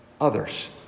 others